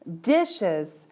dishes